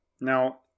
now